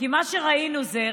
כי מה שראינו זה,